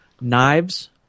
Knives